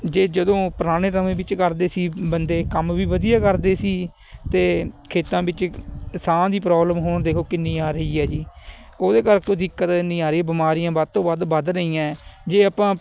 ਜੇ ਜਦੋਂ ਪੁਰਾਣੇ ਸਮੇਂ ਵਿੱਚ ਕਰਦੇ ਸੀ ਬੰਦੇ ਕੰਮ ਵੀ ਵਧੀਆ ਕਰਦੇ ਸੀ ਅਤੇ ਖੇਤਾਂ ਵਿੱਚ ਸਾਹ ਦੀ ਪ੍ਰੋਬਲਮ ਹੁਣ ਦੇਖੋ ਕਿੰਨੀ ਆ ਰਹੀ ਹੈ ਜੀ ਉਹਦੇ ਕਰਕੇ ਦਿੱਕਤ ਇੰਨੀ ਆ ਰਹੀ ਬਿਮਾਰੀਆਂ ਵੱਧ ਤੋਂ ਵੱਧ ਵੱਧ ਰਹੀਆਂ ਜੇ ਆਪਾਂ